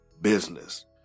business